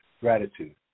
gratitude